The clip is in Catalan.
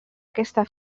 aquesta